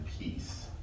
peace